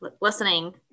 listening